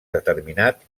determinat